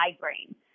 migraine